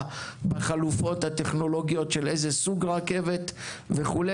בחלופות הטכנולוגיות של סוג הרכבת וכו',